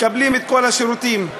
מקבלים את כל השירותים,